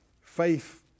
faith